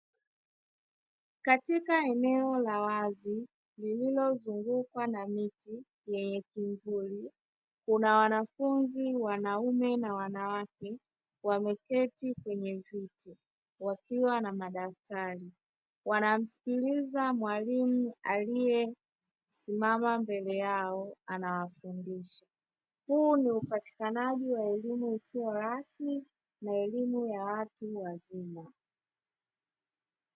Katika eneo la wazi lililozungukwa na miti yenye kimvuli kuna wanafunzi wanaume na wanawake, wameketi kwenye viti wakiwa na madaftari wanamsikiliza mwalimu aliyesimama mbele yao anawafundisha, huu ni upatikanaji wa elimu isiyo rasmi na elimu ya watu wazima.